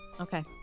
Okay